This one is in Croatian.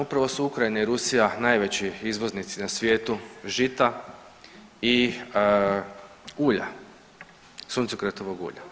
Upravo su Ukrajina i Rusija najveći izvoznici na svijetu žita i ulja, suncokretovog ulja.